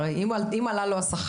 הרי אם עלה לו השכר,